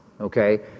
okay